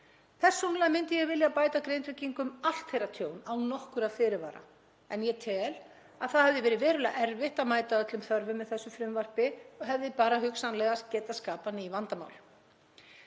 Persónulega myndi ég vilja bæta Grindvíkingum allt þeirra tjón án nokkurra fyrirvara, en ég tel að það hefði verið verulega erfitt að mæta öllum þörfum með þessu frumvarpi og hefði bara hugsanlega getað skapað ný vandamál.